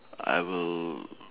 I will